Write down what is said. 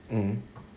mmhmm